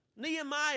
Nehemiah